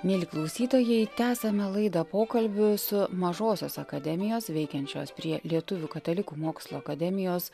mieli klausytojai tęsiame laidą pokalbiu su mažosios akademijos veikiančios prie lietuvių katalikų mokslo akademijos